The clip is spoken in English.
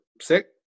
sick